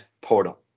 portal